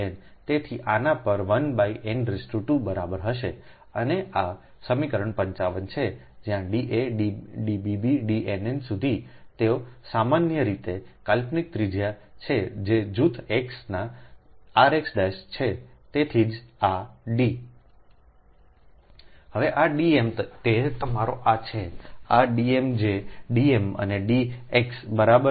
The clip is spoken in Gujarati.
તેથી આના પર 1 n 2 બરાબર હશે અને આ સમીકરણ 55 છે જ્યાં D a Db b Dn n સુધી તેઓ સામાન્ય રીતે કાલ્પનિક ત્રિજ્યા છે જે જૂથ Xના rxછે તેથી જ આ D હવે આ D m તે તમારો આ છેઆ D m જે D m અને D એસX બરાબર છે